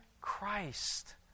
Christ